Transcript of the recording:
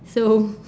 so